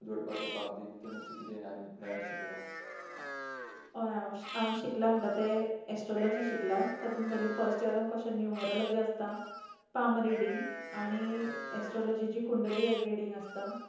जोडपाचे बाबतींत तुवें अशें कितें नवें शिकलां हांव शिकलां म्हणटां तें एस्ट्रोलॉजी शिकलां तातूंत पयलें फर्स्ट इयरांत कशें न्युमरोलॉजी आसता पाल्म रिडिंग आनी एस्ट्रोलॉजीची कुंडली रिडिंग आसता